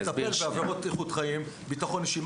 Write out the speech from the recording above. לטפל בעבירות איכות חיים, בטחון אישי.